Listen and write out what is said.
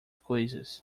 coisas